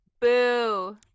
boo